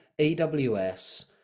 AWS